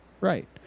Right